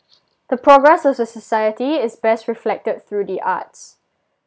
the progress of society is best reflected through the arts